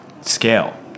scale